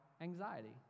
anxiety